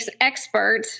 expert